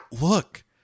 Look